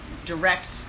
direct